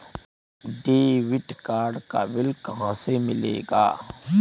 Debit card का PIN कहां से मिलेगा?